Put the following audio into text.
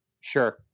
sure